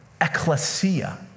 ecclesia